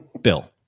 bill